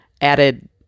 added